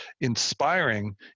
inspiring